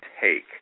take